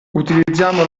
utilizziamo